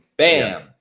Bam